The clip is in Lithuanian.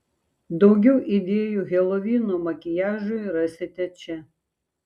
daugiau idėjų helovyno makiažui rasite čia